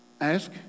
ask